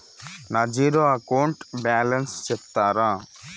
నా zero account balance సెప్తారా?